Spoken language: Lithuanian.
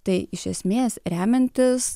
tai iš esmės remiantis